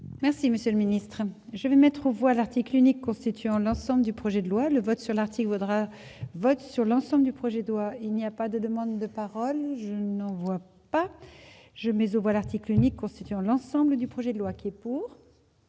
Merci monsieur le ministre, je vais mettre on voit ticket l'unique constituant l'ensemble du projet de loi, le vote sur l'article voudra vote sur l'ensemble du projet de loi, il n'y a pas de demandes de paroles, je n'en vois pas je mise au voilà qui Cluny constituant l'ensemble du projet de loi qui est pour.